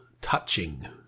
touching